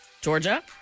Georgia